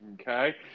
Okay